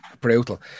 brutal